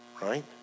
right